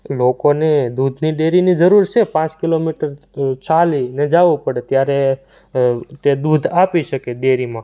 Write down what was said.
લોકોને દૂધની ડેરીની જરૂર છે પાંચ કિલોમીટર ચાલી ને જવું પડે ત્યારે તે દૂધ આપી શકે ડેરીમાં